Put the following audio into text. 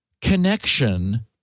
connection